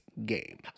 game